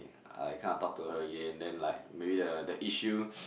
I kind of talk to her again then like maybe the the issue